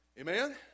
Amen